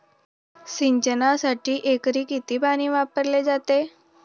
सिंचनासाठी एकरी किती पाणी वापरले जाते?